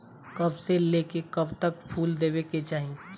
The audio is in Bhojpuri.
कब से लेके कब तक फुल देवे के चाही?